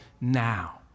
now